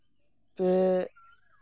ᱯᱮ